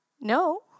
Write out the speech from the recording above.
no